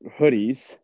hoodies